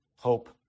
hope